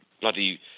bloody